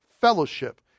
fellowship